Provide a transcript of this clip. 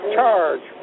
Charge